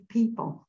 people